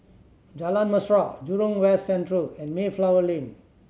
Jalan Mesra Jurong West Central and Mayflower Lane